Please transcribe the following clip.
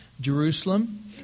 Jerusalem